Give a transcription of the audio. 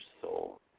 soul